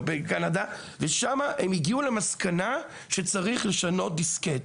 בקנדה, ושם הם הגיעו למסקנה שצריך לשנות דיסקט.